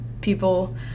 people